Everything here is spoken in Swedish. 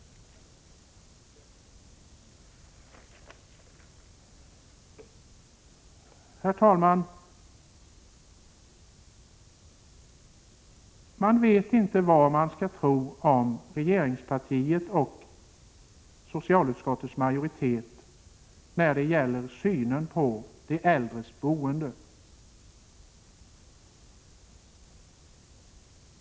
Herr talman! Jag vet inte vad jag skall tro om regeringspartiet och socialutskottets majoritet när det gäller synen på de äldres boende.